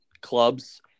clubs